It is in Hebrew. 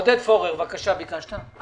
עודד פורר, בבקשה, ביקשת לדבר?